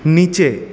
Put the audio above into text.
নিচে